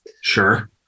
Sure